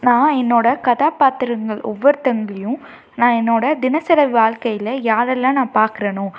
நான் என்னோட கதாப்பாத்திரங்கள் ஒவ்வொருத்தங்களையும் நான் என்னோட தினசரி வாழ்கையில் யாரெல்லாம் நான் பார்க்குறேனோ